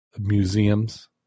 museums